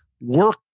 work